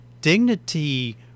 Dignity